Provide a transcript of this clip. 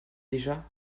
déjà